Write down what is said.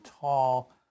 tall